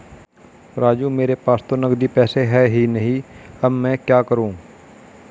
राजू मेरे पास तो नगदी पैसे है ही नहीं अब मैं क्या करूं